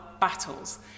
battles